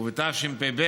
ובתשפ"ב,